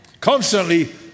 Constantly